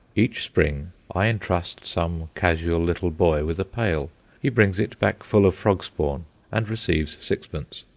each spring i entrust some casual little boy with a pail he brings it back full of frog-spawn and receives sixpence.